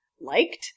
liked